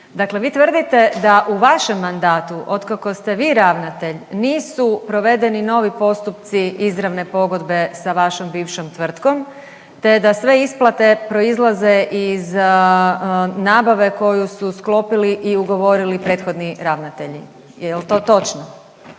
Dakle vi tvrdite da u vašem mandatu otkako ste vi ravnatelj nisu provedeni novi postupci izravne pogodbe sa vašom bivšom tvrtkom te da sve isplate proizlaze iz nabave koju su sklopili i ugovorili prethodni ravnatelji. Jel to točno?